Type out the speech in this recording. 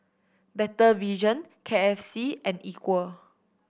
Better Vision K F C and Equal